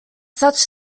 such